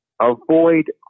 avoid